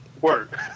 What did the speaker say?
Work